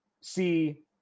see